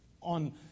on